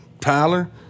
Tyler